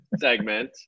segment